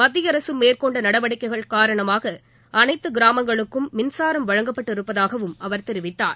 மத்திய அரசு மேற்கொண்ட நடவடிக்கைகள் காரணமாக அனைத்து கிராமங்களுக்கும் மின்சாரம் வழங்கப்பட்டு இருப்பதாகவும் அவர் தெரிவித்தார்